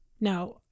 Now